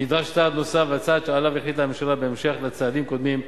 רק אז הוא יוכל להציג את הצעדים הנוספים,